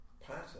pattern